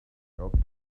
shops